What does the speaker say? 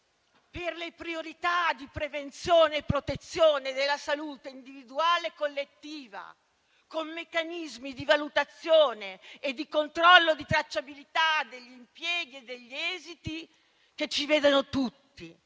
per le priorità di prevenzione e protezione della salute individuale e collettiva, con meccanismi di valutazione e di controllo di tracciabilità degli impieghi e degli esiti, che ci vedano tutti